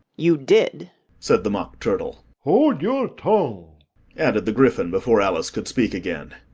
you did said the mock turtle. hold your tongue added the gryphon, before alice could speak again.